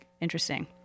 interesting